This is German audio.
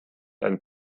ein